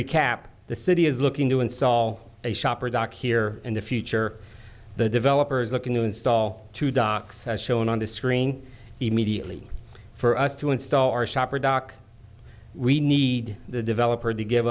recap the city is looking to install a shop or dock here in the future the developers looking to install two docks as shown on the screen immediately for us to install our shop or dock we need the developer to give